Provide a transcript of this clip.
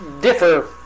differ